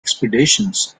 expeditions